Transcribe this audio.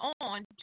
on